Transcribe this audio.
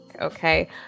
Okay